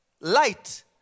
light